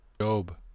Job